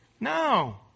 No